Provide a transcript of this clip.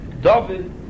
David